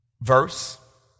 verse